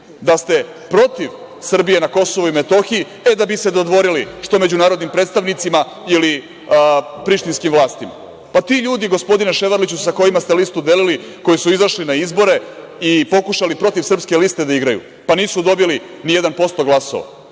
da ste protiv Srbije na KiM, e da bi se dodvorili što međunarodnim predstavnicima ili prištinskim vlastima. Ti ljudi, gospodine Ševarliću sa kojima ste listu delili, koji su izašli na izbore, i pokušali protiv srpske liste da igraju, pa nisu dobili ni jedan posto glasova.